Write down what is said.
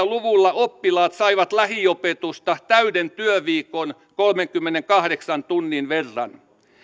luvulla oppilaat saivat lähiopetusta täyden työviikon kolmenkymmenenkahdeksan tunnin verran